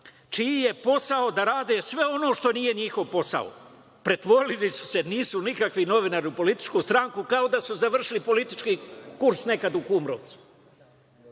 čiji je posao da rade sve ono što nije njihov posao, pretvorili su se, nisu nikakvi novinari, u političku stranku kao da su završili politički kurs nekada u Kumrovcu. Novinari